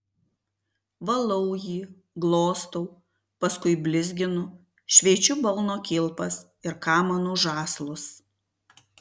valau jį glostau paskui blizginu šveičiu balno kilpas ir kamanų žąslus